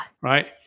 right